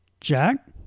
Jack